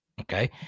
Okay